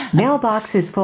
mailbox is full.